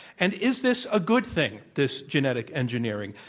and is this a good thing, this genetic engineering,